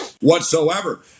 whatsoever